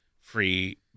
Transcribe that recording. free